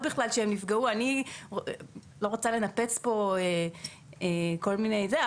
בכלל שהן נפגעו ואני לא רוצה לנפץ פה כל מיני זה,